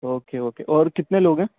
okay okay اور کتنے لوگ ہیں